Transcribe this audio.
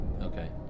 Okay